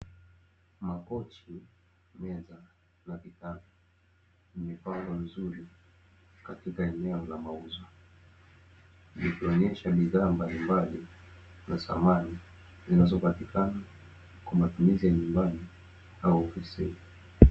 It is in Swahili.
Makochi, meza na vitanda vimepangwa vizuri katika eneo la mauzo likionyesha bidhaa mbalimbali za samani zinazopatikana kwa matumizi ya nyumbani au ofisini.